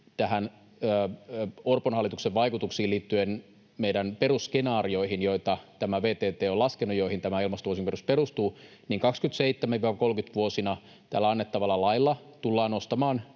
Orpon hallituksen vaikutuksiin liittyen meidän perusskenaarioihin, joita VTT on laskenut ja joihin tämä ilmastovuosikertomus perustuu, niin vuosina 27—30 tällä annettavalla lailla tullaan nostamaan